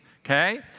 okay